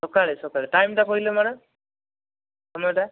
ସକାଳେ ସକାଳେ ଟାଇମ୍ଟା କହିଲେ ମ୍ୟାଡ଼ମ୍ ସମୟଟା